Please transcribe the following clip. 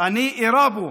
אני אירה בו.